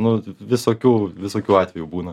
nu visokių visokių atvejų būna